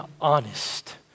honest